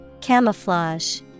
Camouflage